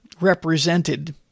represented